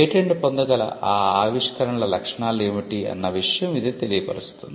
patent పొందగల ఆ ఆవిష్కరణల లక్షణాలు ఏమిటి అన్న విషయం ఇది తెలియపరుస్తుంది